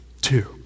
Two